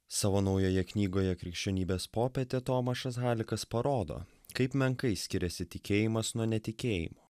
savo naujoje knygoje krikščionybės popietė tomašas halikas parodo kaip menkai skiriasi tikėjimas nuo netikėjimo